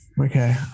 okay